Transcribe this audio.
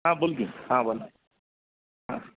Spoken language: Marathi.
हां बोल की हां बोला